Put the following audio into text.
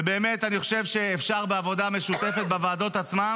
ובאמת אני חושב שאפשר בעבודה משותפת בוועדות עצמן